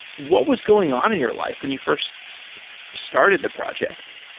what was going on in your life when you first started the project?